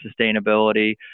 sustainability